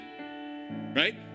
right